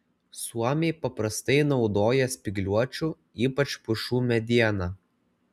suomiai paprastai naudoja spygliuočių ypač pušų medieną